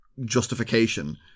justification